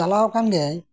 ᱪᱟᱞᱟᱣ ᱟᱠᱟᱱ ᱜᱮᱭ